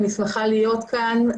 להיות כאן.